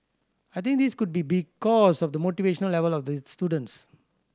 I think this could be because of the motivation level of the students